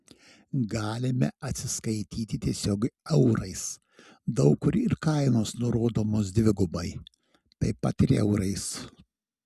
galime atsiskaityti tiesiog eurais daug kur ir kainos nurodomos dvigubai taip pat ir eurais